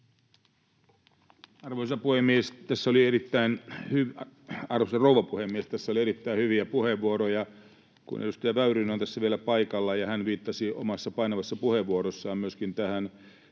Arvoisa rouva puhemies! Tässä oli erittäin hyviä puheenvuoroja, ja kun edustaja Väyrynen on tässä vielä paikalla ja hän viittasi omassa, painavassa puheenvuorossaan myöskin tähän